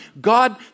God